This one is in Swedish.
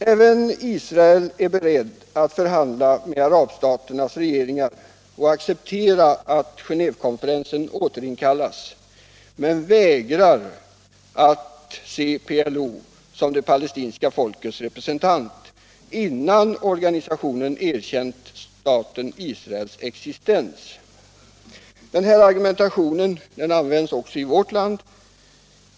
Även Israel är berett att förhandla med arabstaternas regeringar och acceptera att Genévekonferensen återinkallas, men man vägrar att se PLO som det palestinska folkets representant innan organisationen erkänt staten Israels existens. Denna argumentation används också i vårt land.